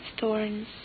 thorns